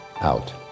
out